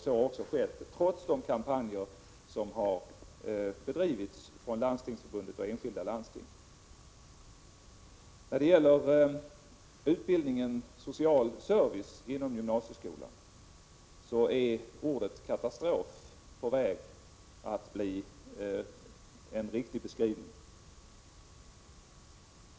Så har skett trots de kampanjer som har bedrivits av Landstingsförbundet och av enskilda landsting. För utbildningen på den sociala servicelinjen inom gymnasieskolan är ordet ”katastrof” på väg att bli en riktig beskrivning.